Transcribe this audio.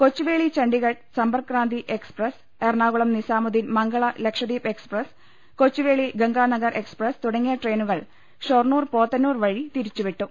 Kochuveli Chandigarh Sampark Kranti express Ernakulam Nizamuddin Mangala Lakshadweep express Kochuveli Ganganagar express തുടങ്ങിയ ട്രെയിനുകൾ ഷൊർണൂർ പോത്തന്നൂർ വഴി തിരിച്ചു വിട്ടു